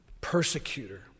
persecutor